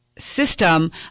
system